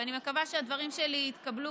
ואני מקווה שהדברים שלי יתקבלו